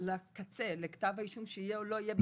לקצה כתב האישום שיהיה או לא יהיה.